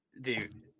Dude